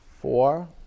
four